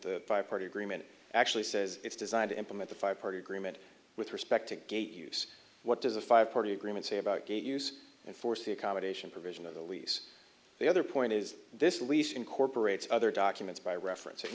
the five party agreement actually says it's designed to implement the five party agreement with respect to gate use what does a five party agreement say about gate use and force the accommodation provision of the lease the other point is this lease incorporates other documents by referenc